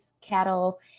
cattle